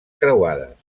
creuades